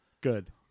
Good